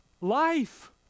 Life